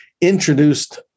introduced